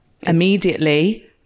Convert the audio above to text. immediately